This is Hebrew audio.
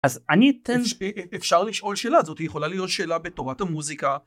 אז אני אתן אפשר לשאול שאלה זאת יכולה להיות שאלה בתורת המוזיקה.